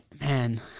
man